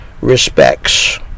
respects